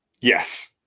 Yes